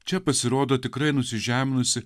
čia pasirodo tikrai nusižeminusi